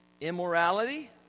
Immorality